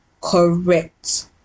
correct